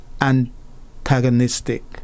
antagonistic